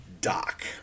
Doc